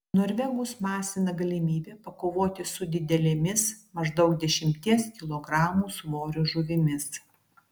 norvegus masina galimybė pakovoti su didelėmis maždaug dešimties kilogramų svorio žuvimis